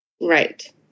Right